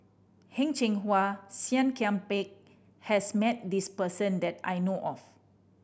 Heng Cheng Hwa Seah Kian Peng has met this person that I know of